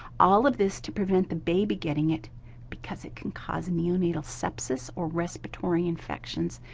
all of this to prevent the baby getting it because it can cause neonatal sepsis or respiratory infections,